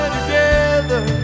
Together